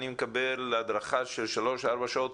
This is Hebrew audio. אני מקבל הדרכה של שלוש-ארבע שעות.